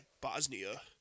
Bosnia